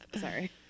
Sorry